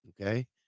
Okay